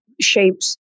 shapes